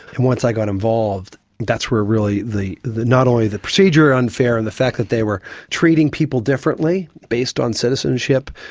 and once i got involved that's where really the the not only the procedure unfair and the fact that they were treating people differently based on citizenship,